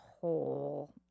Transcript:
whole